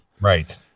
Right